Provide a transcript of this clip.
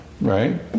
right